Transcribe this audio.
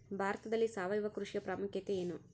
ಭಾರತದಲ್ಲಿ ಸಾವಯವ ಕೃಷಿಯ ಪ್ರಾಮುಖ್ಯತೆ ಎನು?